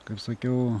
kaip sakiau